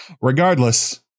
Regardless